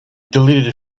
deleted